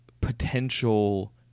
potential